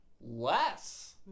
less